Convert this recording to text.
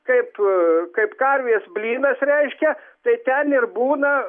kaip kaip karvės blynas reiškia tai ten ir būna